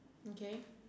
okay